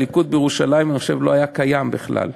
הליכוד בירושלים לא היה קיים בכלל,